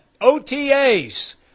OTAs